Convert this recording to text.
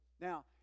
Now